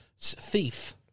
thief